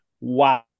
wow